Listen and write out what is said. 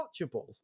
watchable